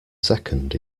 second